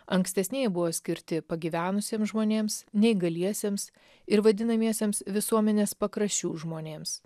ankstesnieji buvo skirti pagyvenusiem žmonėms neįgaliesiems ir vadinamiesiems visuomenės pakraščių žmonėms